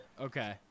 Okay